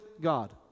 God